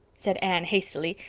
said anne hastily.